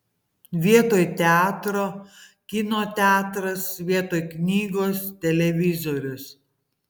vietoj teatro kino teatras vietoj knygos televizorius